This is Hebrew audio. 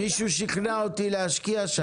מישהו שכנע אותי להשקיע שם.